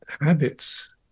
habits